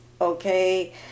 okay